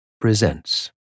presents